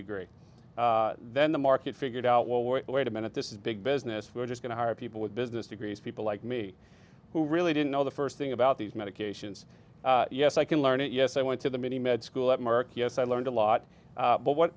degree then the market figured out well wait a minute this is big business we're just going to hire people with business agrees people like me who really didn't know the first thing about these medications yes i can learn it yes i went to the many med school at merck yes i learned a lot but what